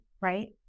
Right